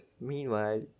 meanwhile